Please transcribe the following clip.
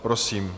Prosím.